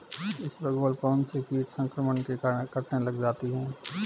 इसबगोल कौनसे कीट संक्रमण के कारण कटने लग जाती है?